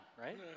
right